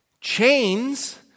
Chains